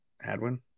Hadwin